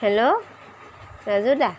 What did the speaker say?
hello Raju দা